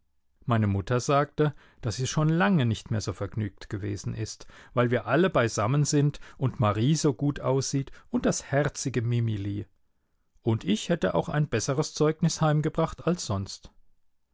meine mutter sagte daß sie schon lange nicht mehr so vergnügt gewesen ist weil wir alle beisammen sind und marie so gut aussieht und das herzige mimili und ich hätte auch ein besseres zeugnis heimgebracht als sonst